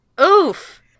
oof